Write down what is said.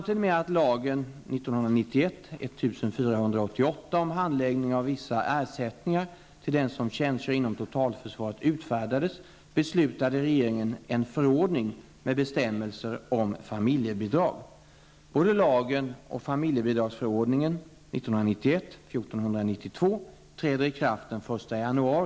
I familjebidragsförordningen sägs att bestämmelserna om maka i förordningen också gäller för make och för person som den tjänstepliktige lever tillsammans med under äktenskapsliknande förhållanden.